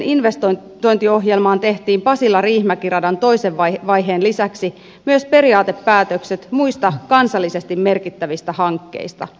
kymmenvuotiseen investointiohjelmaan tehtiin pasilariihimäki radan toisen vaiheen lisäksi myös periaatepäätökset muista kansallisesti merkittävistä hankkeista